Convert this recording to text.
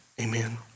Amen